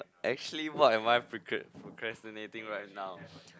actually what am I procra~ procrastinating right now